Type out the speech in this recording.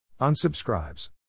Unsubscribes